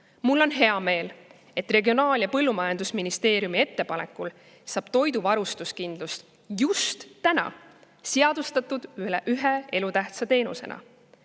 Mul on hea meel, et Regionaal‑ ja Põllumajandusministeeriumi ettepanekul saab toidu varustuskindlus just täna seadustatud ühe elutähtsa teenusena.